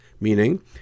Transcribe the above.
meaning